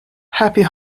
happy